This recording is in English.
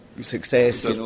success